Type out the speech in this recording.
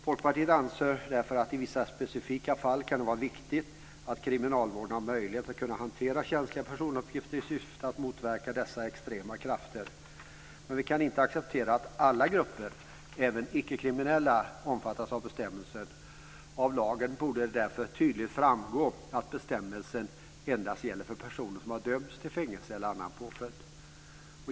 Folkpartiet anser därför att det i vissa specifika fall kan vara viktigt att kriminalvården har möjlighet att hantera känsliga personuppgifter i syfte att motverka dessa extrema krafter, men vi kan inte acceptera att alla grupper, även icke-kriminella, omfattas av bestämmelsen. Av lagen borde det därför tydligt framgå att bestämmelsen endast gäller för personer som har dömts till fängelse eller annan påföljd.